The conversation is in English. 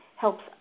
helps